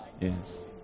yes